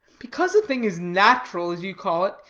because a thing is nat'ral, as you call it,